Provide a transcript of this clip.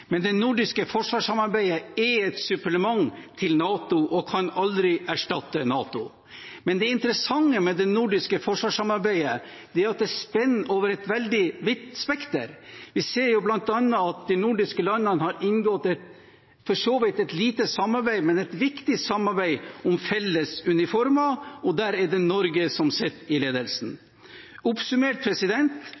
Men det nordiske forsvarssamarbeidet er et supplement til NATO og kan aldri erstatte NATO. Men det interessante med det nordiske forsvarssamarbeidet er at det spenner over et veldig vidt spekter. Vi ser bl.a. at de nordiske landene har inngått et for så vidt lite samarbeid, men et viktig samarbeid om felles uniformer, og der er det Norge som sitter i ledelsen.